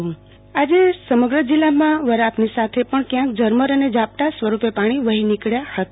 આરતી ભદ્દ વરસાદ આજે સમગ્ર જીલ્લામાં વરાપની વચ્ચે પણ ક્યાંક ઝરમર અને ઝાપટા સ્વરૂપે પાણી વઠ્ઠી નીકળ્યા હતા